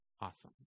Awesome